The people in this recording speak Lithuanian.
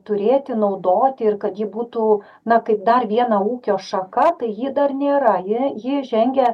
turėti naudoti ir kad ji būtų na kaip dar viena ūkio šaka tai ji dar nėra ja ji žengia